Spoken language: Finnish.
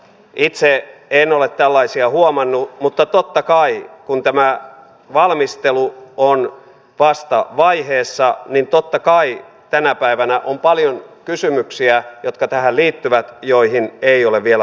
itse en ole tällaista huomannut mutta totta kai kun tämä valmistelu on vasta vaiheessa tänä päivänä on paljon kysymyksiä jotka tähän liittyvät ja joihin ei ole vielä vastausta